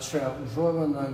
čia užuomina